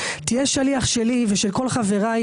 תהיה שליח שלי ושל כל חבריי,